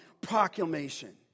proclamation